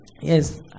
yes